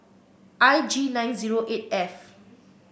I G nine zero eight F